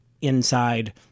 inside